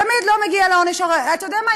תמיד, תמיד לא מגיע לעונש, אתה יודע מה?